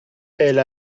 elle